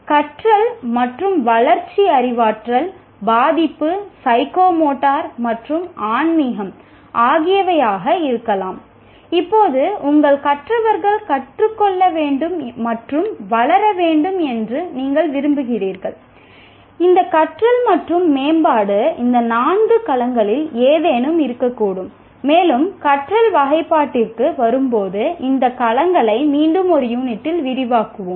கற்றல் மற்றும் வளர்ச்சி அறிவாற்றல் பாதிப்பு சைக்கோமோட்டர் விரிவாக்குவோம்